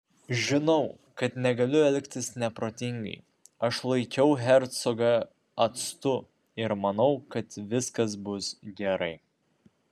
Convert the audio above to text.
žinau kad negaliu elgtis neprotingai aš laikiau hercogą atstu ir manau kad viskas bus gerai